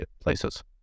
places